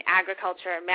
agriculture